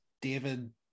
David